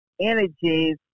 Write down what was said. energies